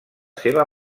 seva